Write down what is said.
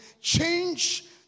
change